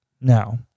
Now